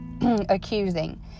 Accusing